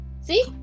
See